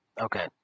Okay